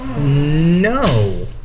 No